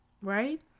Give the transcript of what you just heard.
right